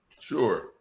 Sure